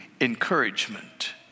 encouragement